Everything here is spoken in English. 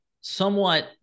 somewhat